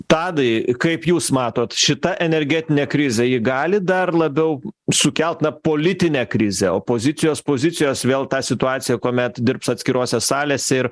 tadai kaip jūs matot šita energetinė krizė ji gali dar labiau sukelt na politinę krizę opozicijos pozicijos vėl tą situaciją kuomet dirbs atskirose salėse ir